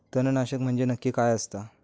तणनाशक म्हंजे नक्की काय असता?